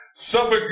Suffolk